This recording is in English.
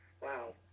wow